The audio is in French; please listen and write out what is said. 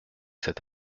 cet